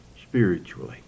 spiritually